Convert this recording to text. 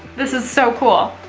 this is so cool.